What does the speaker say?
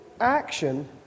action